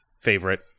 favorite